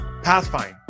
Pathfind